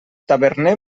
taverner